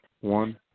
One